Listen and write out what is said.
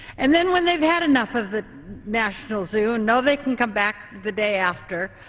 and then when they've had enough of the national zoo and know they can come back the day after,